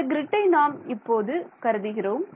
இந்தக் கிரிட்டை நாம் இப்போது கருதுகிறோம்